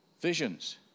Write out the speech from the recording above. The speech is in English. visions